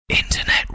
internet